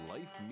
Life